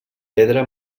pedra